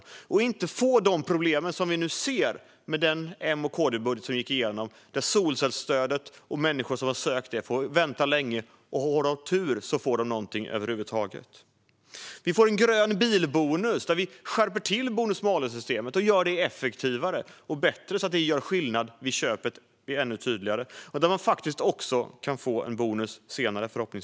Vi ska inte få de problem som vi nu ser med solcellsstödet i och med att M-KD-budgeten gick igenom. Människor som har sökt det stödet får vänta länge, och de ska ha tur för att över huvud taget få någonting. Vi får en grön bilbonus; vi skärper till bonus-malus-systemet och gör det effektivare och bättre, så att det gör ännu tydligare skillnad vid köpet och så att man också förhoppningsvis kan få en bonus senare.